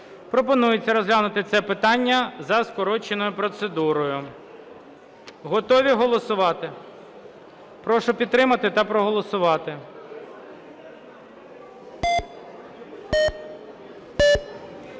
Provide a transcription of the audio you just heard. Пропонується розглянути це питання за скороченою процедурою. Готові голосувати? Прошу підтримати та проголосувати.